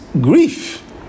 grief